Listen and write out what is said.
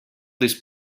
this